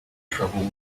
trouble